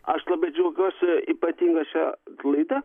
aš labai džiaugiuosi ypatingai šia laida